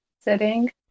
sitting